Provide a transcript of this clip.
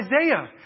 Isaiah